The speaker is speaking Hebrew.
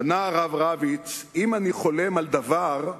ענה הרב רביץ: אם אני חולם על דבר,